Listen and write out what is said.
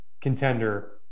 contender